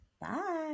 Bye